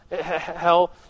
hell